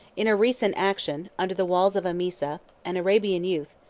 in a recent action, under the walls of emesa, an arabian youth,